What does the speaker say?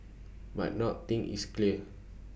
but not thing is clear